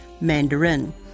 Mandarin